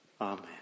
Amen